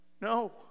No